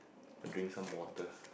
drink some water